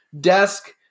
desk